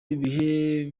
ibihe